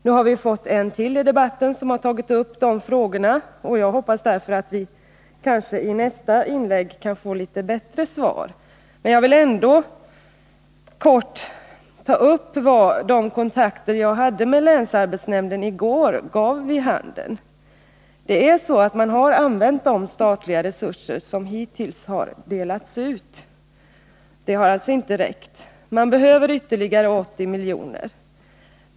Nu har ytterligare en deltagare i debatten tagit upp de frågorna, och jag hoppas därför att vi i nästa inlägg av arbetsmarknadsministern kan få litet bättre svar. Men jag vill ändå kort säga vad de kontakter jag hade med länsarbetsnämnden gav vid handen. Man har använt de statliga resurser som hittills har ställts till förfogande. De har alltså inte räckt. Man behöver ytterligare 80 milj.kr.